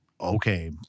okay